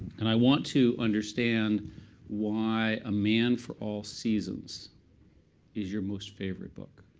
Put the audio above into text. and i want to understand why a man for all seasons is your most favorite book.